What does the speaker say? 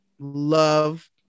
love